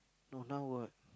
no now well